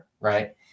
right